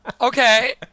Okay